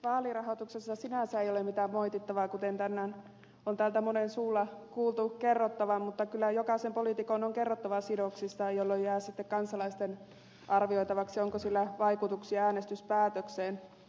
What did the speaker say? vaalirahoituksessa sinänsä ei ole mitään moitittavaa kuten tänään on täältä monen suulla kuultu kerrottavan mutta kyllä jokaisen poliitikon on kerrottava sidoksistaan jolloin jää sitten kansalaisten arvioitavaksi onko niillä vaikutuksia äänestyspäätökseen